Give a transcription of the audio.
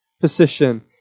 position